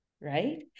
right